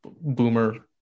boomer